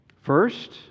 First